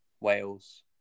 Wales